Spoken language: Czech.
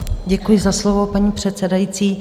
Děkuji za slovo, paní předsedající.